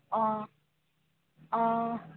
অঁ অঁ